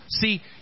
See